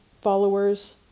followers